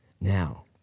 Now